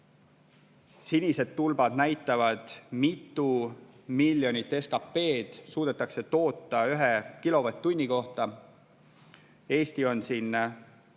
Sinised tulbad näitavad, mitu miljonit SKT-d suudetakse toota ühe kilovatt-tunni kohta. Eesti on